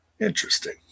Interesting